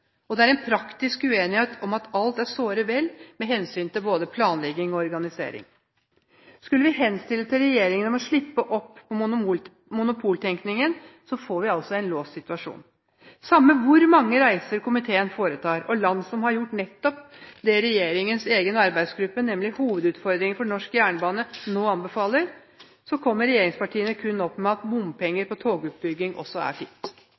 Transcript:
Og det er en praktisk uenighet om at alt er såre vel med hensyn til både planlegging og organisering. Henstiller vi til regjeringen om å slippe opp på monopoltenkningen, får vi en låst situasjon. Samme hvor mange reiser komiteen foretar, og samme hvor mange land som har gjort nettopp det regjeringens egen arbeidsgruppe – i rapporten «Hovudutfordringar for norsk jernbane» – nå anbefaler, kommer regjeringspartiene kun opp med at bompenger til togutbygging også er fint!